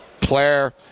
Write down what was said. player